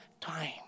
time